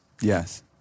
Yes